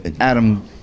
Adam